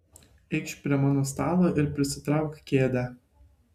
eikš prie mano stalo ir prisitrauk kėdę